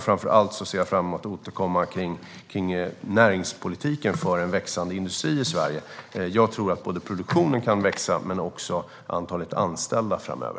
Framför allt ser jag fram emot att återkomma i näringspolitiken för en växande industri i Sverige. Jag tror att både produktionen och antalet anställda kan växa framöver.